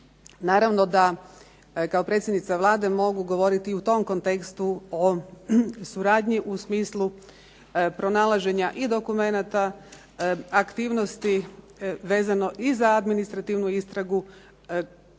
Naravno da kao predsjednica Vlade mogu govoriti i u tom kontekstu o suradnji u smislu pronalaženja i dokumenata, aktivnosti vezano i za administrativnu istragu.